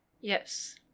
Yes